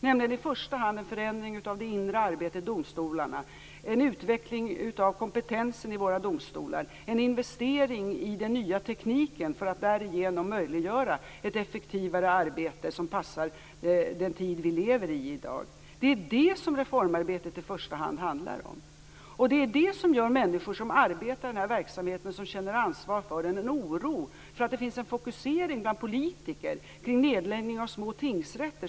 Det handlar i första hand om en förändring av det inre arbetet i domstolarna, en utveckling av kompetensen i våra domstolar och en investering i den nya tekniken för att därigenom möjliggöra ett effektivare arbete som passar för den tid som vi lever i i dag. Det är det reformarbetet i första hand handlar om. Det är också det som ger människor som arbetar i den här verksamheten, och som känner ansvar för den, en oro för att det finns en fokusering bland politiker på nedläggning av små tingsrätter.